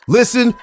Listen